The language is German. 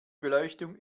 beleuchtung